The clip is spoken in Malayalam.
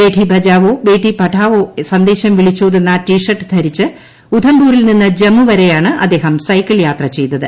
ബേഠി ബച്ഛാവോ ബേഠി പഠാവോ സന്ദേശം വിളിച്ചോതുന്ന ടീഷർട്ട് ധരിച്ച് ഉധംപൂരിൽ നിന്ന് ജമ്മു വരെയാണ് അദ്ദേഹം സൈക്കിൾ യാത്ര ചെയ്തത്